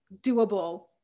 doable